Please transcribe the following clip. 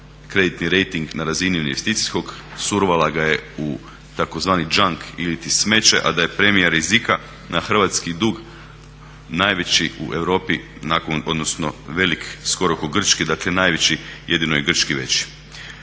kreditni rejting na razini investicijskog, survala ga je u tzv. junk ili smeće, a da je premija rizika na hrvatski dug najveći u Europi nakon, odnosno velik skoro ko grčki, dakle najveći, jedino je grčki veći.